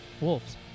Wolves